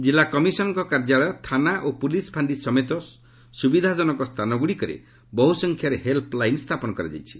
ଜିଲ୍ଲା କମିଶନ୍ଙ୍କ କାର୍ଯ୍ୟାଳୟ ଥାନା ଓ ପୁଲିସ୍ ଫାଣ୍ଡି ସମେତ ସୁବିଧା ଜନକ ସ୍ଥାନଗୁଡ଼ିକରେ ବହୁ ସଂଖ୍ୟାରେ ହେଲ୍ସ ଲାଇନ୍ ସ୍ଥାପନ କରାଯାଇଛି